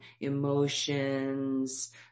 emotions